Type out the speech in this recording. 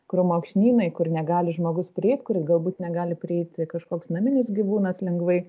krūmokšnynai kur negali žmogus prieit kuri galbūt negali prieit kažkoks naminis gyvūnas lengvai